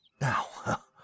Now